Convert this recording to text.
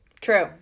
True